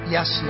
Yes